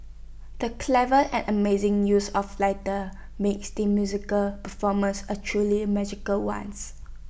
the clever and amazing use of lighter made musical performance A truly magical ones